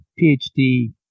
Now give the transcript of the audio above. PhD